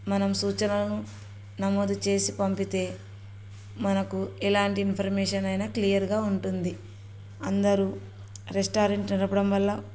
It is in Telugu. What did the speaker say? మనం సూచనలను నమోదు చేసి పంపితే మనకు ఎలాంటి ఇన్ఫర్మేషన్ అయినా క్లియర్గా ఉంటుంది అందరు రెస్టారెంట్ నడపడం వల్ల